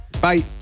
Bye